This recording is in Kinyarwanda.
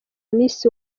miss